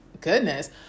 goodness